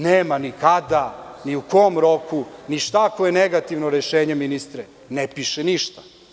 Nema ni kada, ni u kom roku, ni šta ako je negativno rešenje, ministre, ne piše ništa.